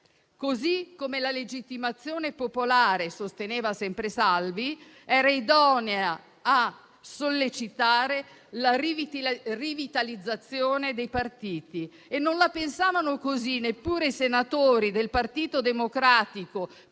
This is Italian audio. così come la legittimazione popolare - sosteneva sempre Salvi - era idonea a sollecitare la rivitalizzazione dei partiti. Non la pensavano così neppure i senatori del Partito Democratico